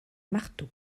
marteau